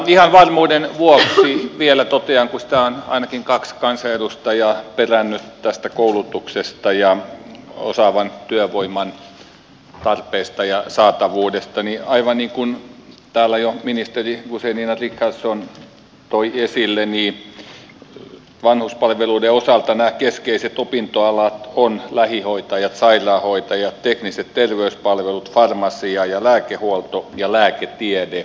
ihan varmuuden vuoksi vielä totean kun ainakin kaksi kansanedustajaa on perännyt tästä koulutuksesta ja osaavan työvoiman tarpeesta ja saatavuudesta että aivan niin kuin täällä jo ministeri guzenina richardson toi esille niin vanhuspalveluiden osalta nämä keskeiset opintoalat ovat lähihoitajat sairaanhoitajat tekniset terveyspalvelut farmasia ja lääkehuolto ja lääketiede